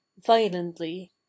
violently